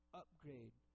upgrade